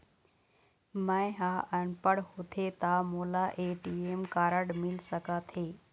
मैं ह अनपढ़ होथे ता मोला ए.टी.एम कारड मिल सका थे?